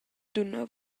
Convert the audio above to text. dunna